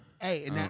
Hey